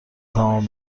تمام